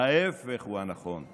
ההפך הוא הנכון.